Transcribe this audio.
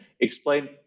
explain